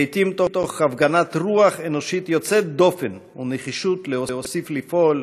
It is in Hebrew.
לעתים תוך הפגנת רוח אנושית יוצאת דופן ונחישות להוסיף לפעול,